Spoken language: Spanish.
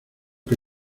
que